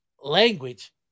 language